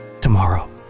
tomorrow